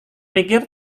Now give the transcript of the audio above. pikir